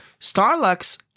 Starlux